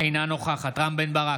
אינה נוכחת רם בן ברק,